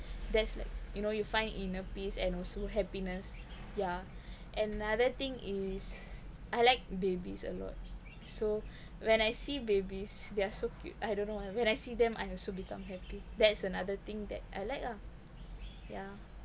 that's like you know you find inner peace and also happiness yeah another thing is I like babies a lot so when I see babies they're so cute I don't know why when I see them I also become happy that's another thing that I like ah ya